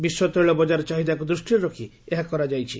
ବିଶ୍ୱ ତୈଳ ବଜାର ଚାହିଦାକୁ ଦୂଷ୍ଟିରେ ରଖି ଏହା କରାଯାଇଛି